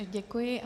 Děkuji.